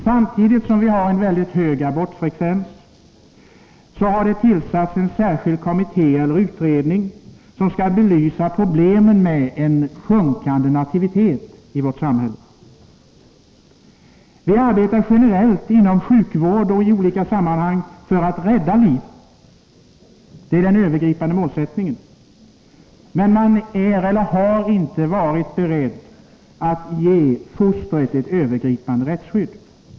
Samtidigt som vi har en mycket hög abortfrekvens har det tillsatts en särskild utredning som skall belysa problemen med sjunkande nativitet i vårt samhälle. Vi arbetar generellt — inom sjukvård och i andra sammanhang — för att rädda liv. Det är den övergripande målsättningen. Men man är inte, eller har inte varit, beredd att ge fostret ett övergripande rättsskydd.